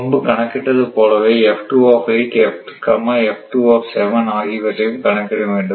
முன்பு கணக்கிட்டது போலவே ஆகியவற்றையும் கணக்கிட வேண்டும்